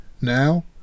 Now